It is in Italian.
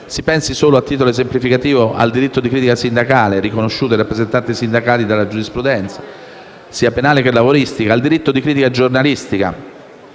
si pensi, solo a titolo esemplificativo, al diritto di critica sindacale, riconosciuto ai rappresentanti sindacali dalla giurisprudenza, sia penale che lavoristica; al diritto di critica giornalistica,